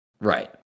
Right